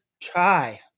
try